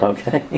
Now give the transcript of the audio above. Okay